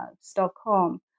Stockholm